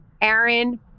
Aaron